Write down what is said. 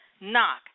Knock